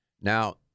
Now